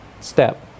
step